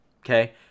Okay